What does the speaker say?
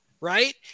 right